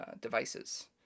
devices